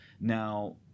Now